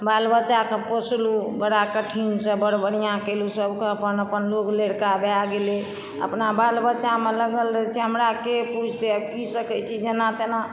बाल बच्चाकेँ पोसलु बड़ा कठिनसँ बड़ बढ़िऑं केलहुॅं सब के अपन अपन लोग लड़का भए गेलै अपना बाल बच्चामे लागल रहै छै हमरा के पुछतै आ की सकै छी जेना तेना